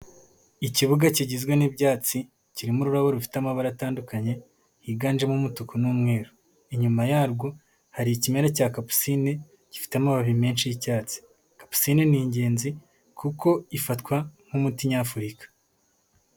Ikibuga kigizwe n'ibyatsi, kirimo ururabo rufite amabara atandukanye, higanjemo umutuku n'umweru, inyuma yarwo hari ikimera cya kapusini gifite amababi menshi y'icyatsi, kapusine ni ingenzi, kuko ifatwa nk'umuti nyafurika.